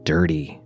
Dirty